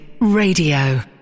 Radio